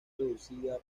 reducida